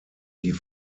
die